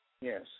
Yes